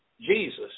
jesus